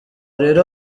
rero